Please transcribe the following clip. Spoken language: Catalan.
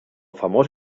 famós